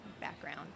background